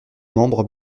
membre